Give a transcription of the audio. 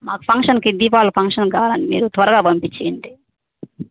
మాకు ఫంక్షన్కి దీపావళి ఫంక్షన్కి కావాలి మీరు త్వరగా పంపించేయండి